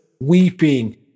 weeping